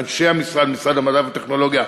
אנשי משרד המדע והטכנולוגיה,